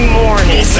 morning